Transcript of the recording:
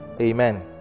amen